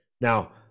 now